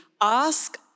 ask